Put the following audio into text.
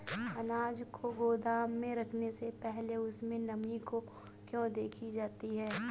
अनाज को गोदाम में रखने से पहले उसमें नमी को क्यो देखी जाती है?